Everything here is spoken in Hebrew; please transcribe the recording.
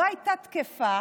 לא הייתה תקפה